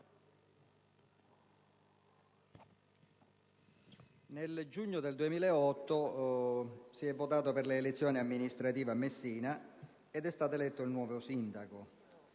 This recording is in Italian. nel giugno 2008 si è votato per le elezioni amministrative a Messina ed è stato eletto il nuovo sindaco.